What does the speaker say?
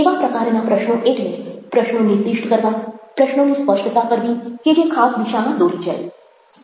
કેવા પ્રકારના પ્રશ્નો એટલે પ્રશ્નો નિર્દિષ્ટ કરવા પ્રશ્નોની સ્પષ્ટતા કરવી કે જે ખાસ દિશામાં દોરી જાય